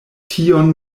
tion